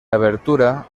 abertura